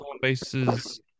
bases